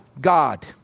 God